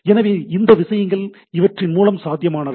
எனவே இந்த விஷயங்கள் இவற்றின் மூலம் சாத்தியமானவை